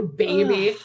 baby